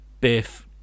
biff